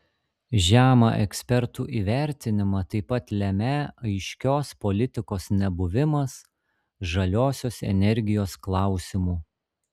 žemą ekspertų įvertinimą taip pat lemią aiškios politikos nebuvimas žaliosios energijos klausimu